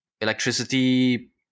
electricity